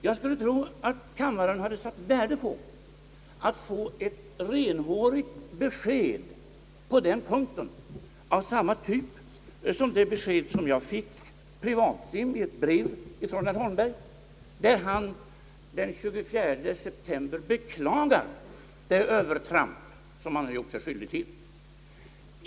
Jag skulle tro att kammaren hade satt värde på att få ett renhårigt besked på den punkten, av samma typ som det besked som jag fick privatim i ett brev från herr Holmberg den 24 september, där han beklagar det övertramp som han gjort sig skyldig till.